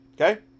okay